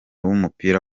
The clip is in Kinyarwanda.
w’umupira